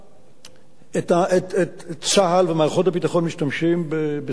צה"ל ומערכות הביטחון משתמשים בסוגי הדלק למיניהם,